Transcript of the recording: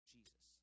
Jesus